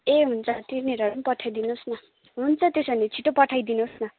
ए हुन्छ तिनीहरू पनि पठाइदिनुहोस् न त्यसो भने छिटो पठाइदिनुहोस् न